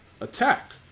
attack